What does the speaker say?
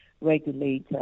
regulator